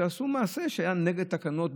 שעשו מעשה שהיה נגד התקנות,